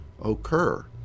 occur